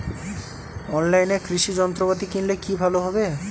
অনলাইনে কৃষি যন্ত্রপাতি কিনলে কি ভালো হবে?